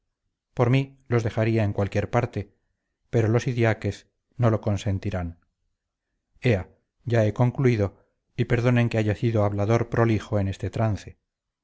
por mí los dejaría en cualquier parte pero los idiáquez no lo consentirán ea ya he concluido y perdonen que haya sido hablador prolijo en este trance